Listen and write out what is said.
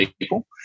people